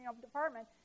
department